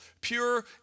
pure